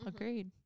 Agreed